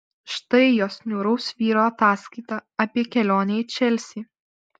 štai jos niūraus vyro ataskaita apie kelionę į čelsį